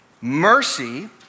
Mercy